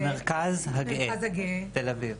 המרכז הגאה, תל אביב.